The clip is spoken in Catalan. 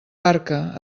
barca